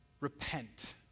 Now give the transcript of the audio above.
repent